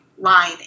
line